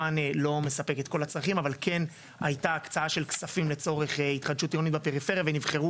ואני בטוח שנצליח להביא את המדינה למצב כזה שלא יקרו